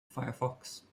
firefox